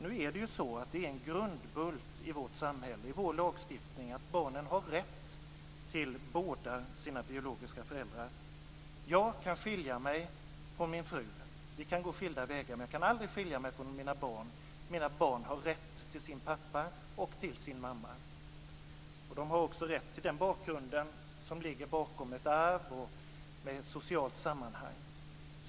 Nu är det ju så att det är en grundbult i vårt samhälle och i vår lagstiftning att barnen har rätt till båda sina biologiska föräldrar. Jag kan skilja mig från min fru och vi kan gå skilda vägar, men jag kan aldrig skilja mig från mina barn. Mina barn har rätt till sin pappa och till sin mamma. De har också rätt till den bakgrund som ligger bakom ett arv och i ett socialt sammanhang.